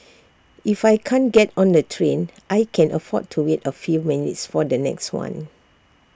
if I can't get on the train I can afford to wait A few minutes for the next one